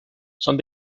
son